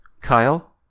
Kyle